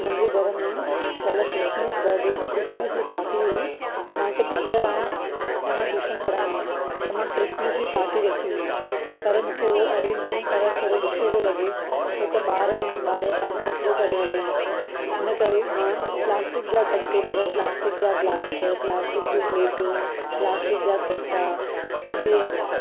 मुंहिंजे घरु में कल्ह क्रिसमस बर्डे क्रिसमिस जी पार्टी हुई मां हिकु टीचर आहियां ऐं ट्यूशन पढ़ाईंदी आहियां ऐं मां क्रिसमिस जी पार्टी रखी हुई पर मूंखे उहो अरेंजमेंट करणु थोरो डु॒खियो पियो लगे॒ छो त बा॒र आहिनि बा॒र जाम कचिरो करे वेंदा आहिनि इन करे मां प्लास्टिक जा कंटेनर प्लास्टिक जा ग्लास प्लास्टिक जूं प्लेटूं प्लास्टिक जा चमिचा सभु इहे आंदा